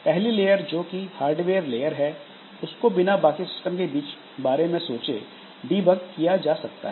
पहली लेयर जोकि hardware layer है उसको बिना बाकी सिस्टम के बारे में सोचे डीबग किया जा सकता है